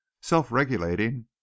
self-regulating